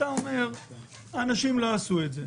אתה אומר שהאנשים לא עשו את זה.